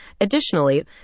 Additionally